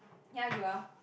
ya you are